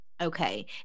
Okay